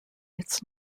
its